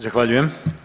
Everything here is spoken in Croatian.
Zahvaljujem.